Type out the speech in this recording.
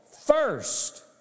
first